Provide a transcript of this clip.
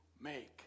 make